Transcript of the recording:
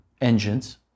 engines